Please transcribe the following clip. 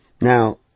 Now